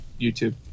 YouTube